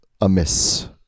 amiss